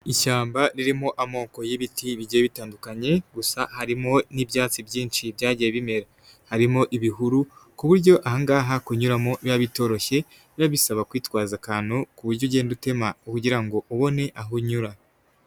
Ishyamba ririmo amoko y'ibiti bigiye bitandukanye gusa harimo n'ibyatsi byinshi byagiye bimera. Harimo ibihuru ku buryo aha ngaha kunyuramo biba bitoroshye. Biba bisaba kwitwaza akantu ku buryo ugenda utema kugira ngo ubone aho unyura.